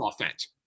offense